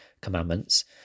commandments